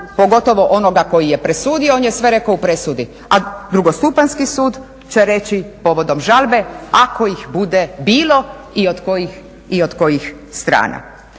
pogotovo onoga koji je presudio, on je sve rekao u presudi. A drugostupanjski sud će reći povodom žalbe ako ih bude bilo i od kojih strana.